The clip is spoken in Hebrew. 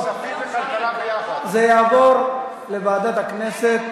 זה יעבור לוועדת הכנסת.